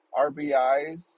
RBIs